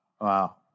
Wow